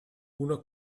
una